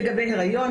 לגבי היריון,